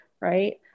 right